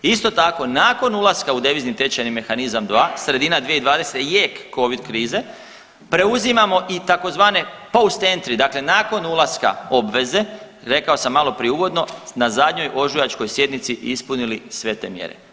Isto tako nakon ulaska u devizni tehnički mehanizam 2, sredina 2020. jek kovid krize, preuzimamo i tzv. poustentri dakle nakon ulaska obveze i rekao sam maloprije uvodno na zadnjoj ožujačkoj sjednici ispunili sve te mjere.